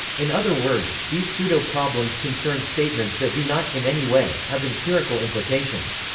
in other words, these pseudo-problems concern statements that do not, in any way, have empirical implications.